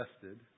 tested